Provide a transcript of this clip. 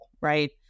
right